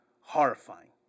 horrifying